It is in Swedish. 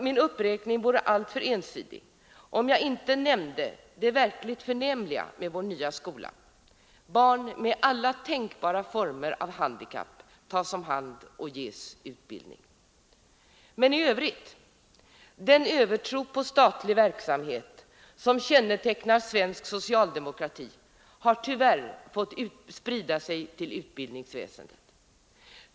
Min uppräkning vore alltför ensidig om jag inte nämnde det förnämliga med vår nya skola: barn med alla tänkbara former av handikapp tas om hand och ges utbildning. Men i övrigt: Den övertro på statlig verksamhet som kännetecknar svensk socialdemokrati har tyvärr fått sprida sig till utbildningsväsendet.